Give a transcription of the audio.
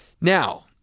Now